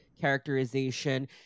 characterization